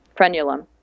frenulum